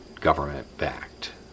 government-backed